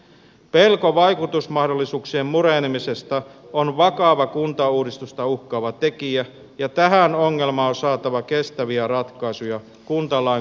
pelko vaikutusmahdollisuuksien murenemisesta on vakava kuntauudistusta uhkaava tekijä ja tähän ongelmaan on saatava kestäviä ratkaisuja kuntalain kokonaisuudistuksen yhteydessä